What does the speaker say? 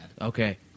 Okay